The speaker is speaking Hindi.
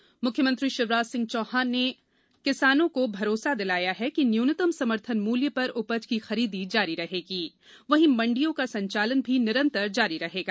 किसान सम्मेलन मुख्यमंत्री शिवराजसिंह चौहान ने किसानों को भरोसा दिलाया है कि न्यूनतम समर्थन मूल्य पर उपज की खरीदी जारी रहेगी वहीं मंडियों का संचालन भी निरंतर जारी रहेगा